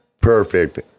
perfect